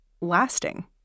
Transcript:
lasting